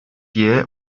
year